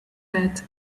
read